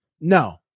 no